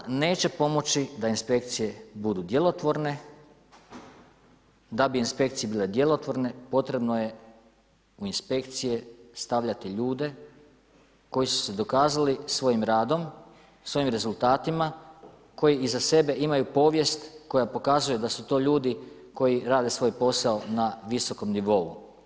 Evo, zakon neće pomoći da inspekcije budu djelotvorne, da bi inspekcije bile djelotvorne potrebno je u inspekcije stavljati ljude koji su se dokazali svojim radom, svojim rezultatima koji iza sebe imaju povijest koja pokazuje da su to ljudi koji rade svoj posao na visokom nivou.